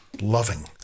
Loving